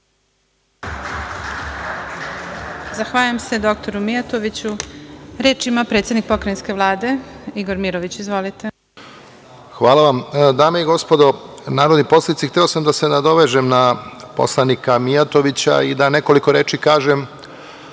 Zahvaljujem se dr Mijatoviću. Reč ima predsednik Pokrajinske vlade Igor Mirović. Izvolite. **Igor Mirović** Hvala vam. Dame i gospodo narodni poslanici, samo da se nadovežem na poslanika Mijatovića i da nekoliko reči kažem